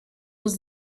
was